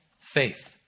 faith